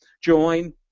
join